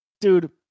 Dude